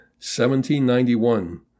1791